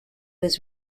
his